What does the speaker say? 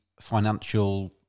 financial